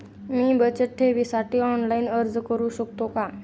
मी बचत ठेवीसाठी ऑनलाइन अर्ज करू शकतो का?